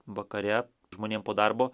vakare žmonėm po darbo